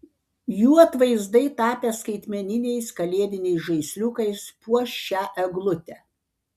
jų atvaizdai tapę skaitmeniniais kalėdiniais žaisliukais puoš šią eglutę